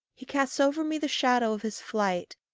he casts over me the shadow of his flight,